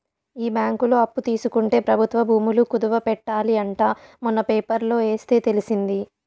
ఈ బ్యాంకులో అప్పు తీసుకుంటే ప్రభుత్వ భూములు కుదవ పెట్టాలి అంట మొన్న పేపర్లో ఎస్తే తెలిసింది